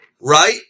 right